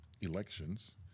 elections